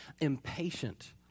impatient